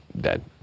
Dead